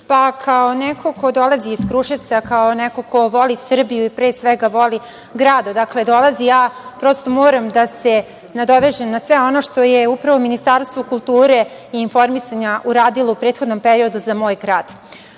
neko ko dolazi iz Kruševca, kao neko ko voli Srbiju i pre svega voli grad odakle dolazi, prosto moram da se nadovežem na sve ono što je upravo Ministarstvo kulture i informisanja uradilo u prethodnom periodu za moj grad. Ono